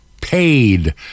paid